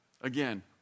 again